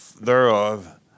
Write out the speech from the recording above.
thereof